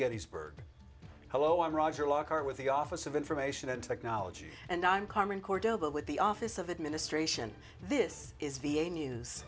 gettysburg hello i'm roger lockhart with the office of information technology and i'm carmen cordova with the office of administration this is v a news